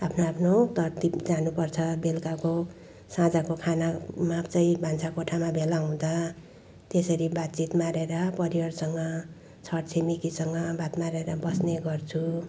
आफ्नो आफ्नो जानुपर्छ बेलुकाको साँझको खानामा चाहिँ भान्साकोठामा भेला हुँदा त्यसरी बातचित मारेर परिवारसँग छरछिमेकीसँग बात मारेर बस्ने गर्छु